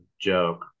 joke